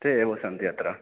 ते एव सन्ति अत्र